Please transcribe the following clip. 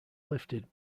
lifted